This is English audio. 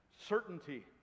Certainty